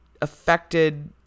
affected